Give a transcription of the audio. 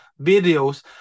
videos